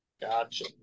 gotcha